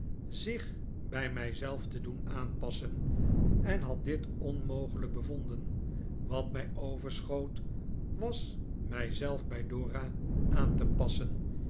zich bij mij zelf te doen aanpassen en had dit onmogelijk bevonden wat mij overschoot was mij zelf bij dora aan te passen